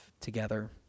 together